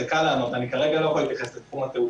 אז זה קל לענות: אני כרגע לא יכול להתייחס לתחום התעופה,